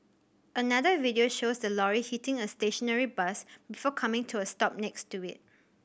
another video shows the lorry hitting a stationary bus before coming to a stop next to it